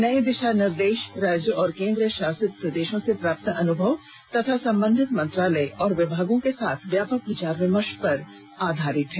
नये दिशा निर्देश राज्य और केन्द्र शासित प्रदेशों से प्राप्त अनुभव तथा संबंधित मंत्रालय और विभागों के साथ व्यापक विचार विमर्श पर आधारित हैं